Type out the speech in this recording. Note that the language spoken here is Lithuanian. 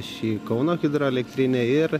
šį kauno hidroelektrinę ir